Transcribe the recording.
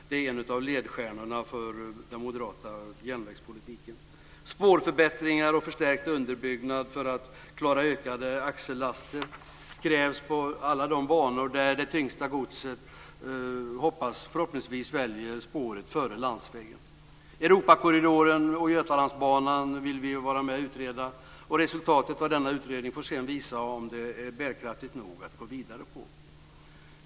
Det är en av ledstjärnorna för den moderata järnvägspolitiken. Spårförbättringar och förstärkt underbyggnad för att klara ökade axellaster krävs på alla de banor där det tyngsta godset förhoppningsvis väljer spåret före landsvägen. Vi vill vara med att utreda Europakorridoren och Götalandsbanen. Resultatet av denna utredning får sedan visa om det är bärkraftigt nog att gå vidare.